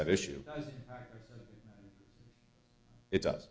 that issue it does